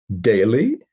daily